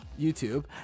YouTube